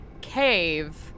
cave